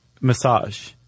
massage